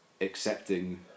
accepting